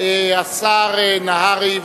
השר נהרי.